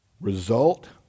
Result